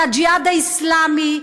זה הג'יהאד האסלאמי,